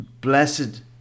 blessed